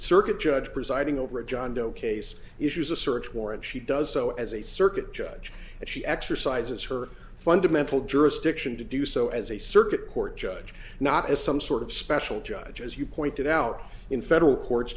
circuit judge presiding over a john doe case issues a search warrant she does so as a circuit judge and she exercises her fundamental jurisdiction to do so as a circuit court judge not as some sort of special judge as you pointed out in federal court